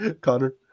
Connor